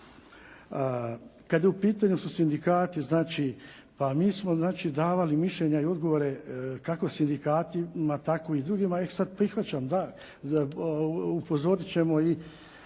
Kada su u pitanju sindikati, pa mi smo davali mišljenja i odgovore kako sindikatima tako i drugima. E sada prihvaćam da upozorit ćemo ih